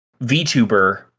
VTuber